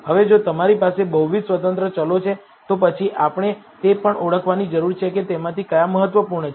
હવે જો તમારી પાસે બહુવિધ સ્વતંત્ર ચલો છે તો પછી આપણે તે પણ ઓળખવાની જરૂર છે કે તેમાંથી કયા મહત્વપૂર્ણ છે